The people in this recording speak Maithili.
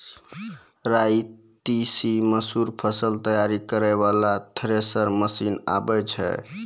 राई तीसी मसूर फसल तैयारी करै वाला थेसर मसीन आबै छै?